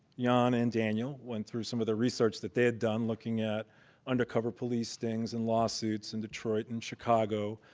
jon and daniel went through some of the research that they had done looking at undercover police stings and lawsuits in detroit and chicago,